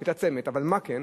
אבל מה כן,